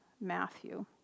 Matthew